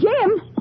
Jim